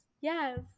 yes